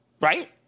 right